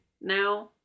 now